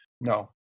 no